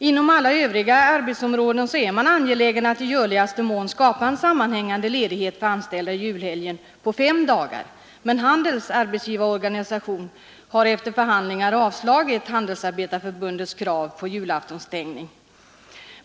Inom alla övriga arbetsområden är man angelägen om att i görligaste mån skapa en sammanhängande ledighet i julhelgen på fem dagar, men Handelns arbetsgivareorganisation har efter förhandlingar avslagit Handelsanställdas förbunds krav på julaftonsstängning.